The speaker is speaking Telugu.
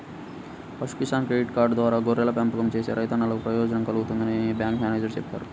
పశు కిసాన్ క్రెడిట్ కార్డు ద్వారా గొర్రెల పెంపకం చేసే రైతన్నలకు ప్రయోజనం కల్గుతుందని బ్యాంకు మేనేజేరు చెప్పారు